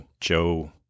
Joe